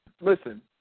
listen